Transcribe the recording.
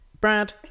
Brad